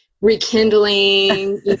rekindling